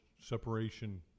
separation